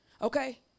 Okay